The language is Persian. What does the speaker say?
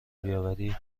بیاوری